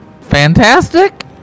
fantastic